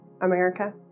America